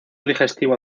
digestivo